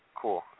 Cool